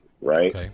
right